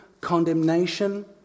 condemnation